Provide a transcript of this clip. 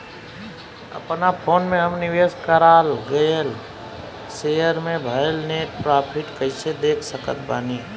अपना फोन मे हम निवेश कराल गएल शेयर मे भएल नेट प्रॉफ़िट कइसे देख सकत बानी?